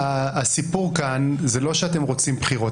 הסיפור כאן הוא לא שאתם רוצים בחירות.